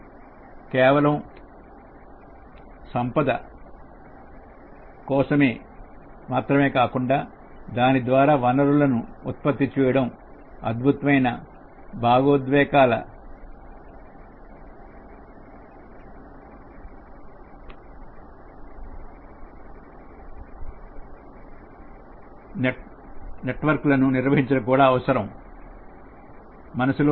సంపద కేవలం డబ్బు సంపాదించడం మాత్రమే కాదు దానిద్వారా వనరులను ఉత్పత్తి చేయడం అద్భుతమైన భావోద్వేగ నెట్వర్క్లను నిర్వహించడం కూడా అవసరం